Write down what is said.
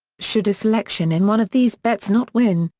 should a selection in one of these bets not win,